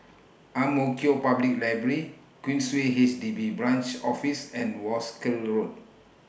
Ang Mo Kio Public Library Queensway H D B Branch Office and Wolskel Road